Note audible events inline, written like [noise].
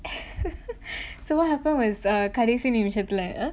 [laughs] so what happened was err கடைசி நிமிசத்துல:kadaisi nimisathula